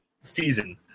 season